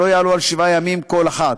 שלא יעלו על שבעה ימים כל אחת.